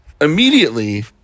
Immediately